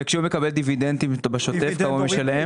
וכשהוא מקבל דיבידנדים בשוטף, כמה הוא משלם?